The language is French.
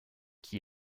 qui